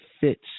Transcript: fits